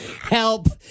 help